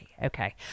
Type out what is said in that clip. Okay